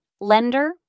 lender